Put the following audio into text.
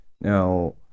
Now